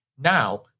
Now